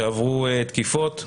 שעברו תקיפות.